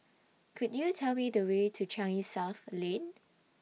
Could YOU Tell Me The Way to Changi South Lane